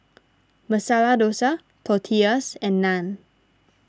Masala Dosa Tortillas and Naan